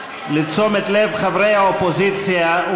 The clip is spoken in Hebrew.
לתשומת לב חברי האופוזיציה,